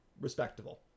respectable